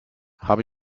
habe